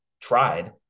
tried